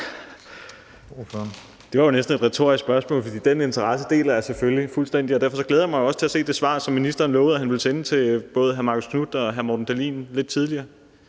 Det var jo næsten et retorisk spørgsmål, for den interesse deler jeg selvfølgelig fuldstændig, og derfor glæder jeg mig også til at se det svar, som ministeren lidt tidligere lovede han ville sende hr. Marcus Knuth og hr. Morten Dahlin. Selvfølgelig